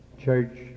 church